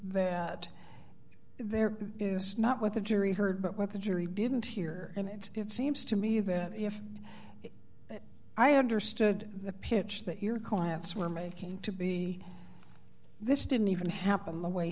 that there is not what the jury heard but what the jury didn't hear and it seems to me that if i understood the pitch that your clients were making to be this didn't even happen the way